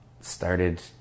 started